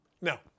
No